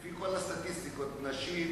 לפי כל הסטטיסטיקות, נשים